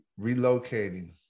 Relocating